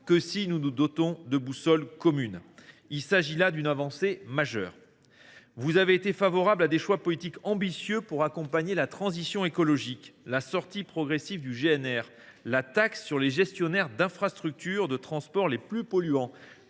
que si nous nous dotons de boussoles communes. Il s’agit d’une avancée majeure. Vous avez été favorables à des choix politiques ambitieux pour accompagner la transition écologique : la sortie progressive du gazole non routier (GNR), la taxe sur les gestionnaires d’infrastructures de transport les plus polluantes,